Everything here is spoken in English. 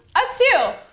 us too!